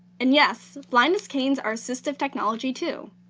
and yes, blindness canes are assistive technology, too.